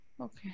Okay